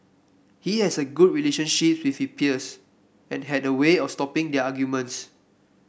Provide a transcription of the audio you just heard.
he has a good relationship with he peers and had a way of stopping their arguments